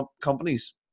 companies